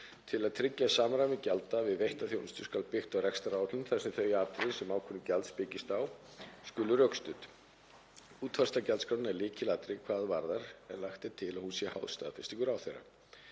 Til að tryggja samræmi gjalda við veitta þjónustu skal byggt á rekstraráætlun þar sem þau atriði sem ákvörðun gjalds byggist á skulu rökstudd. Útfærsla gjaldskrárinnar er lykilatriði hvað það varðar en lagt er til að hún sé háð staðfestingu ráðherra.